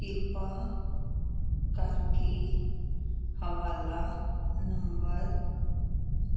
ਕਿਰਪਾ ਕਰਕੇ ਹਵਾਲਾ ਨੰਬਰ